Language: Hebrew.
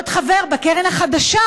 להיות חבר בקרן החדשה,